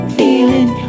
feeling